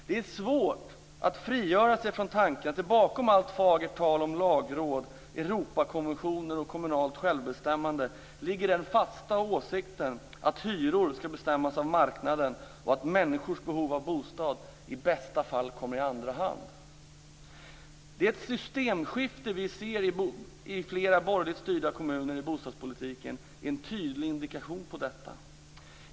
Det är svårt att frigöra sig från tanken att det bakom allt fagert tal om lagråd, Europakonventioner och kommunalt självbestämmande ligger den fasta åsikten att hyror skall bestämmas av marknaden och att människors behov av bostad i bästa fall kommer i andra hand. Det systemskifte som vi ser i flera borgerligt styrda kommuner i bostadspolitiken är en tydlig indikation på detta.